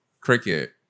Cricket